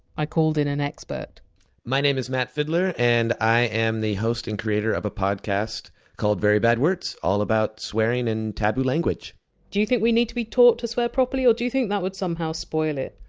i called in an expert my name is matt fidler and i am the host and creator of a podcast called very bad words, where it's all about swearing and taboo language do you think we need to be taught to swear properly, or do you think that would somehow spoil it?